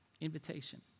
invitation